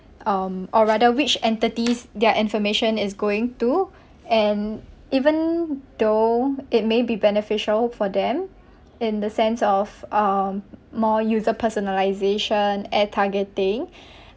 um or rather which entities their information is going to and even though it may be beneficial for them in the sense of um more user personalisation ad targeting